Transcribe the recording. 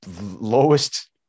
lowest